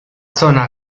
zona